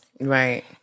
right